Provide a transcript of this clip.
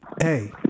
Hey